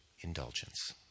indulgence